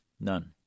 None